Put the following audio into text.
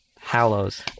Hallows